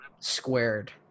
squared